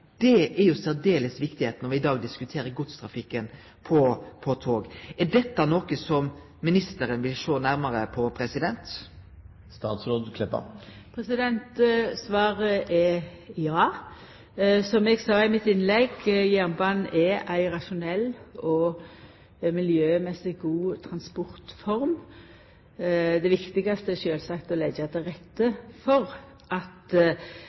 Det er jo særdeles viktig når me i dag diskuterer godstrafikk på tog. Er dette noko som ministeren vil sjå nærare på? Svaret er ja. Som eg sa i mitt innlegg: Jernbanen er ei rasjonell og miljømessig god transportform. Det viktigaste er sjølvsagt å leggja til rette for at